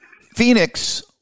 Phoenix